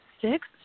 six